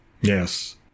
Yes